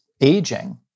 aging